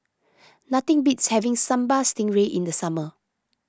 nothing beats having Sambal Stingray in the summer